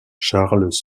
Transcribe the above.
charles